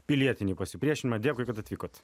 pilietinį pasipriešinimą dėkui kad atvykot